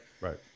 Right